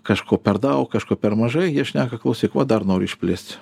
kažko per daug kažko per mažai jie šneka klausyk va dar noriu išplėst